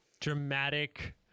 dramatic